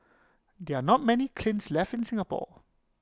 there are not many klins left in Singapore